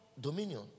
dominion